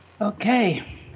Okay